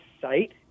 site